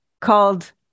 called